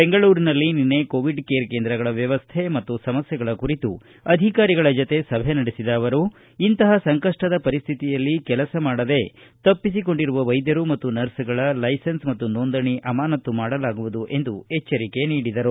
ಬೆಂಗಳೂರಿನಲ್ಲಿ ನಿನ್ನೆ Covid care ಕೇಂದ್ರಗಳ ವ್ಯವಸ್ಥೆ ಮತ್ತು ಸಮಸ್ಥೆಗಳ ಕುರಿತು ಅಧಿಕಾರಿಗಳ ಜತೆ ಸಭೆ ನಡೆಸಿದ ಅವರು ಇಂತಹ ಸಂಕಷ್ಟದ ಪರಿಸ್ಥಿತಿಯಲ್ಲಿ ಕೆಲಸ ಮಾಡದೇ ತಪ್ಪಿಸಿಕೊಂಡಿರುವ ವೈದ್ದರು ಮತ್ತು ನರ್ಸ್ಗಳ ಲೈಸೆನ್ಸ್ ಮತ್ತು ನೋಂದಣೆ ಅಮಾನತು ಮಾಡಲಾಗುವುದು ಎಂದು ಎಚ್ಚರಿಕೆ ನೀಡಿದರು